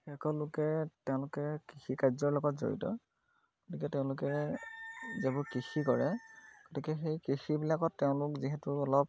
সেইসকল লোকে তেওঁলোকে কৃষিকাৰ্যৰ লগত জড়িত গতিকে তেওঁলোকে যিবোৰ কৃষি কৰে গতিকে সেই কৃষিবিলাকত তেওঁলোক যিহেতু অলপ